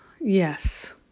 Yes